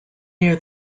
near